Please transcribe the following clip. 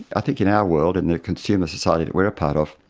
i think in our world and in the consumer society that we're a part of,